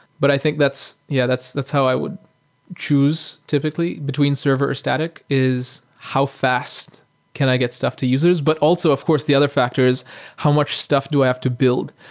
but i think, yeah, that's that's how i would choose typically between server or static is how fast can i get stuff to users. but also of course the other factor is how much stuff do i have to build?